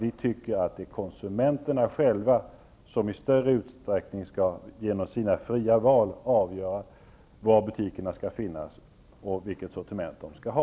Jag tycker nämligen att konsumenterna i större utsträckning genom sina fria val själva skall avgöra var butikerna skall finnas och vilket sortiment dessa skall ha.